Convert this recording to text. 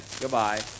Goodbye